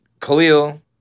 Khalil